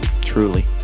Truly